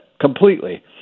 completely